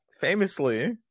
famously